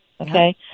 Okay